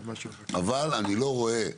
אבל, אני לא רואה,